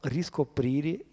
Riscoprire